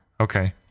Okay